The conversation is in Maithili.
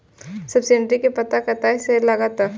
सब्सीडी के पता कतय से लागत?